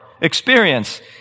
experience